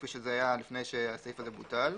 כפי שהיה לפני שהסעיף בוטל,